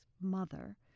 mother